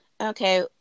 Okay